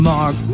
Mark